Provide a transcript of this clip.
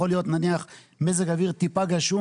יכול להיות נניח מזג האוויר טיפה גשום